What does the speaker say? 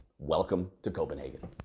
welcome to copenhagen!